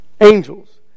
angels